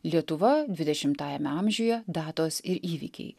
lietuva dvidešimtajame amžiuje datos ir įvykiai